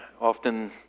often